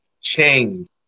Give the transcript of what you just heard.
change